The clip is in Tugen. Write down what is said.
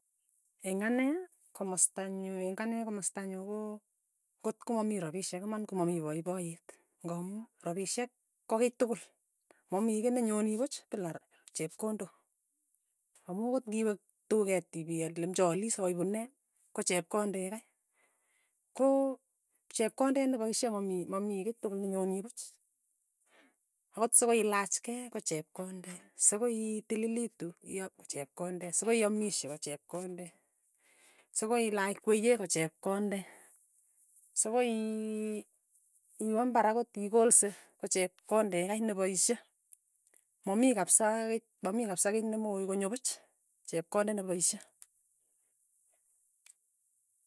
Eng' ane, komasta nyu eng' ane komastanyu ko kot ko mamii rapsihek iman ko mamii poipoyeet, ng'amu rapishek ko kiy tukul, ma mii kiy nenyoni puch pila rap chepkondok, amu akot ng'iwe tuket ipial ile mchaalis, aka ipu ne, ko chepkonde kei, ko chepkonde nepaishe mami mamii kei tukul nenyoni puch, akot sokoilach kei kochepkondet, sokoi itililitu iap ko chepkondet, sokoiamishe, ko chepkondet, sokoilach kweye, ko chepkonde, sokoii iwe imbar akot pikolse, ko chepkonde kai nepaishe, mamii kapisa mamii kapisa kei nemokoi konyo puch, chepkondet nepaishe.